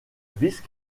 vice